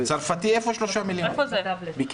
צרפתי, איפה שלושה מיליון שקלים?